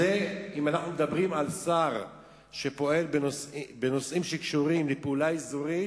אם אנחנו מדברים על שר שפועל בנושאים שקשורים לפעולה אזורית,